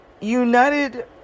United